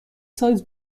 سایز